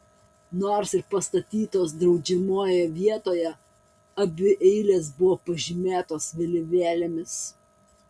nors ir pastatytos draudžiamoje vietoje abi eilės buvo pažymėtos vėliavėlėmis